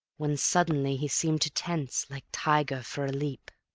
when suddenly he seemed to tense, like tiger for a leap.